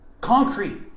concrete